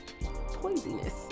poisonous